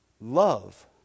love